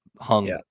Hung